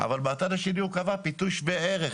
אבל מהצד השני הוא קבע פיצוי שווה ערך,